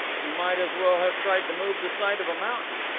he might as well have tried to move the side of a mountain.